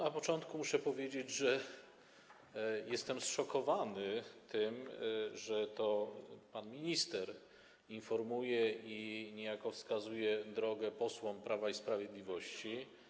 Na początku muszę powiedzieć, że jestem zszokowany tym, że pan minister informuje, niejako wskazuje drogę posłom Prawa i Sprawiedliwości.